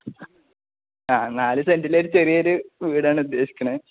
ആ നാല് സെൻറ്റിലൊരു ചെറിയൊരു വീടാണ് ഉദ്ദേശിക്കുന്നത്